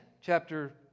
Chapter